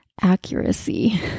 accuracy